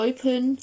Open